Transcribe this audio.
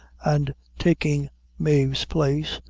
and taking mave's place,